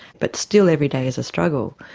but still every day is a struggle.